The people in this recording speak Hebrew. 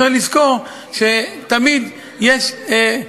צריך לזכור שתמיד יש,